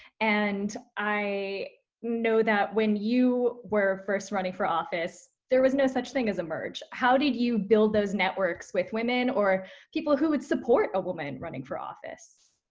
and i know that when you were first running for office, there was no such thing as emerge. how did you build those networks with women or people who would support a woman running for office?